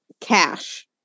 cash